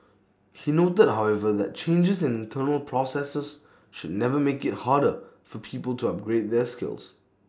he noted however that changes in internal processes should never make IT harder for people to upgrade their skills